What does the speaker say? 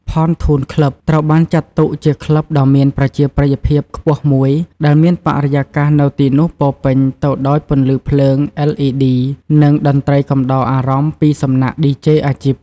ផនធូន ក្លឹប (Pontoon Club) ត្រូវបានចាត់ទុកជាក្លឹបដ៏មានប្រជាប្រិយភាពខ្ពស់មួយ ដែលមានបរិយាកាសនៅទីនោះពោរពេញទៅដោយពន្លឺភ្លើង LED និងតន្ត្រីកំដរអារម្មណ៍ពីសំណាក់ឌីជេអាជីព។